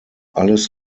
alles